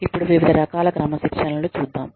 ఇప్పుడు వివిధ రకాల క్రమశిక్షణలు చూద్దాం